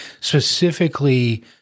specifically